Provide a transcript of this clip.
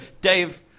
Dave